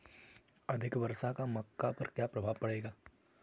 अधिक वर्षा का मक्का पर क्या प्रभाव पड़ेगा?